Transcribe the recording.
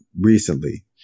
recently